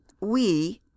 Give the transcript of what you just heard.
we—